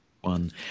one